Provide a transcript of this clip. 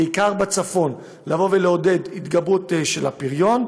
בעיקר בצפון, לעודד הגברה של הפריון.